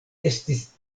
estis